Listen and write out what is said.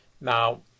Now